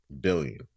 billion